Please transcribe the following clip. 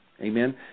amen